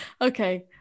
Okay